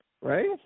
right